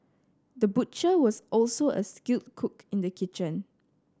the butcher was also a skilled cook in the kitchen